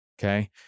okay